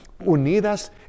unidas